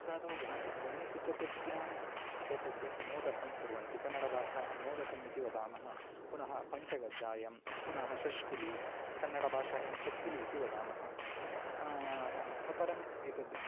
तत्रादौ गणशः गणेशचतुर्थ्याम् एतद् मोदकं कुर्वन्ति कन्नडभाषायां मोदकः इति वदामः पुनः पञ्चगज्जायं पुनः शश्कुलि कन्नडभाषयां चक्कुलि इति वदामः अपरम् एतद्